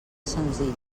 senzill